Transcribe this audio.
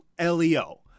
LEO